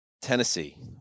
Tennessee